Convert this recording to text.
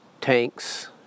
tanks